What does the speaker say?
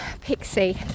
Pixie